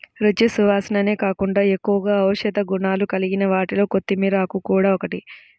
రుచి, సువాసనే కాకుండా ఎక్కువగా ఔషధ గుణాలు కలిగిన వాటిలో కొత్తిమీర ఆకులు గూడా ఒకటి